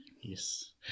Yes